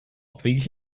abwegig